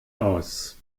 aus